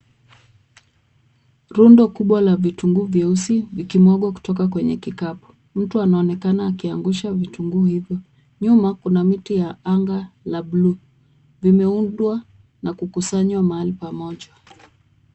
Rundo kubwa la vitunguu vyeusi vikimwagwa kutoka kwenye kikapu. Mtu anaonekana akianguza vitunguu hivyo. Nyuma kuna miti na anga la bluu. Vimeundwa na kukusanywa mahali pamoja.